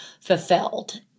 fulfilled